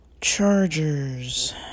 chargers